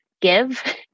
give